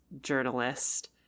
journalist